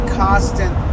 constant